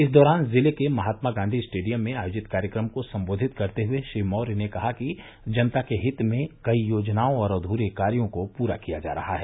इस दौरान जिले के महात्मा गांधी स्टेडियम में आयोजित कार्यक्रम को संबोधित करते हुए श्री मौर्य ने कहा कि जनता के हित में कई योजनाओं और अध्रे कार्यो को पूरा किया जा रहा है